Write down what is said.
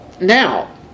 now